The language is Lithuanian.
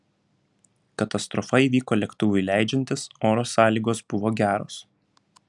katastrofa įvyko lėktuvui leidžiantis oro sąlygos buvo geros